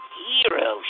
hero